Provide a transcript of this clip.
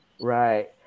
Right